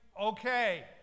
okay